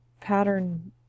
Pattern